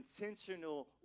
intentional